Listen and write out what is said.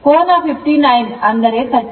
ಕೋನ 59 ಅಂದರೆ 38